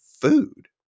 food